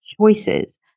choices